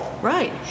Right